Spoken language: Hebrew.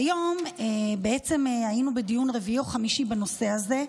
היום היינו בדיון רביעי או חמישי בנושא הזה,